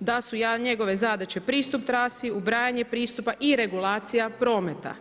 da su njegove zadaće pristup trasi, ubrajanje pristupa i regulacija prometa.